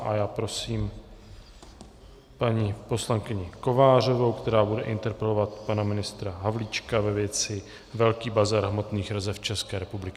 A já prosím paní poslankyni Kovářovou, která bude interpelovat pana ministra Havlíčka ve věci velký bazar hmotných rezerv České republiky.